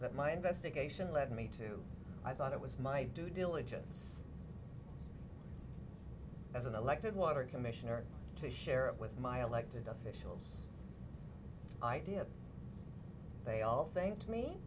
that my investigation led me to i thought it was my due diligence as an elected water commissioner to share it with my elected officials idea they all thanked me